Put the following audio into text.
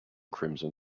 crimson